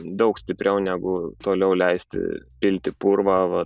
daug stipriau negu toliau leisti pilti purvą va